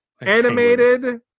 animated